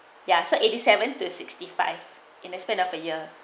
ya so eighty seven to sixty five in a span of a year